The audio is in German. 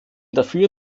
dafür